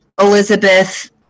elizabeth